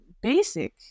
basic